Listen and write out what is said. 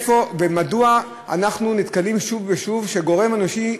מדוע אנחנו נתקלים שוב ושוב בזה שגורם אנושי,